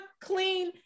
clean